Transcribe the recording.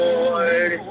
Lord